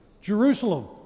Jerusalem